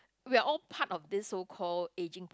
we are all part of this so call aging